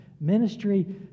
Ministry